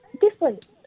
Different